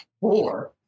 four